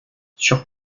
sur